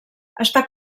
està